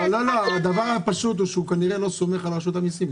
הדבר הפשוט הוא שהוא כנראה לא סומך על רשות המיסים,